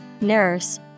nurse